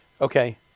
Okay